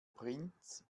prinz